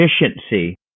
efficiency